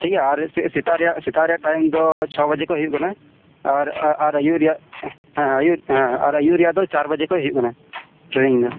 ᱴᱷᱤᱠ ᱜᱮᱭᱟ ᱟᱨ ᱥᱮᱛᱟᱜ ᱨᱮᱭᱟᱜ ᱴᱟᱭᱤᱢ ᱫᱚ ᱪᱷᱚ ᱵᱟᱡᱮ ᱠᱷᱚᱱ ᱦᱩᱭᱩᱜ ᱠᱟᱱᱟ ᱟᱨ ᱟᱨ ᱦᱮᱸ ᱟᱹᱭᱩᱵ ᱦᱮᱸ ᱟᱹᱭᱩᱵ ᱨᱮᱭᱟᱜ ᱫᱚ ᱪᱟᱨ ᱵᱟᱡᱮ ᱠᱷᱚᱱ ᱦᱩᱭᱩᱜ ᱠᱟᱱᱟ ᱴᱨᱮᱱᱤᱝ ᱫᱚ